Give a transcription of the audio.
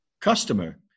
customer